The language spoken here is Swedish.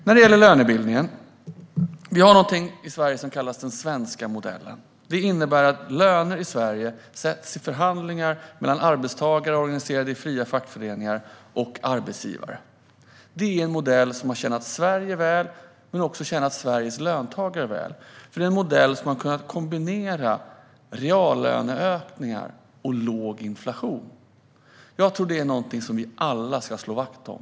När det gäller lönebildningen har vi någonting i Sverige som kallas den svenska modellen. Det innebär att löner i Sverige sätts vid förhandlingar mellan arbetstagare, organiserade i fria fackföreningar, och arbetsgivare. Det är en modell som har tjänat Sverige väl men som också har tjänat Sveriges löntagare väl. Det är nämligen en modell som har kunnat kombinera reallöneökningar och låg inflation. Jag tror att det är någonting som vi alla ska slå vakt om.